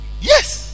Yes